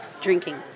drinking